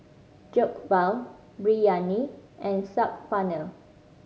Jokbal Biryani and Saag Paneer